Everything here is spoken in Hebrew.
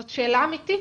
זאת שאלה אמיתית.